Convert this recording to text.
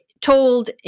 told